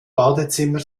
badezimmer